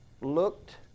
looked